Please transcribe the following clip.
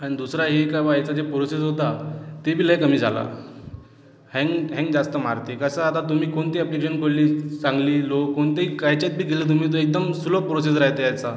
आणि दुसरा एक बुवा याचा जे प्रोसेस होता तेबी लय कमी झाला हँग हँग जास्त मारते कसं आता तुम्ही कोणती ॲप्लिकन खोलली चांगली लो कोणती कायच्यात बी गेलं तुम्ही तर एकदम स्लो प्रोसेस राहाते याचा